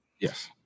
Yes